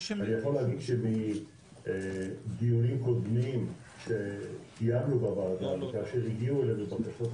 אני יכול לומר שמדיונים קודמים שקיימנו בוועדה כאשר הגיעו אלינו בקשות,